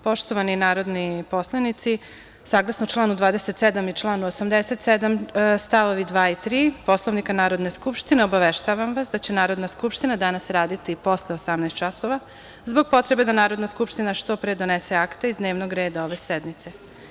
Poštovani narodni poslanici, saglasno članu 27. i članu 87. stavovi 2. i 3. Poslovnika Narodne skupštine, obaveštavam vas da će Narodna skupština danas raditi i posle 18.00 časova zbog potrebe da Narodna skupština što pre donese akte iz dnevnog reda ove sednice.